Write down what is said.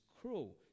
cruel